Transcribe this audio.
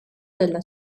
della